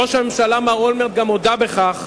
ראש הממשלה מר אולמרט גם הודה בכך.